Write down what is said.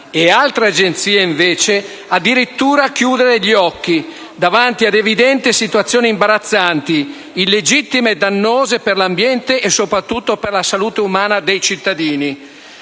e altre Agenzie addirittura chiudere gli occhi davanti a evidenti situazioni imbarazzanti, illegittime e dannose per l'ambiente e, soprattutto, per la salute dei cittadini.